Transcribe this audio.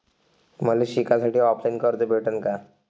मले शिकासाठी ऑफलाईन कर्ज भेटन का?